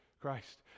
Christ